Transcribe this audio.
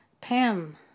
Pam